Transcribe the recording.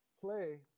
play